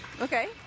Okay